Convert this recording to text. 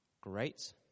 Great